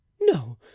no